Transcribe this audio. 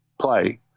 play